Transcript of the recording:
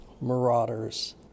marauders